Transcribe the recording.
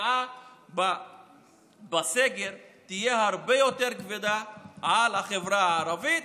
הפגיעה בסגר תהיה הרבה יותר כבדה על החברה הערבית.